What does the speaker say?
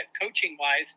coaching-wise